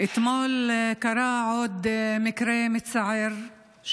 אתמול קרה עוד מקרה מצער,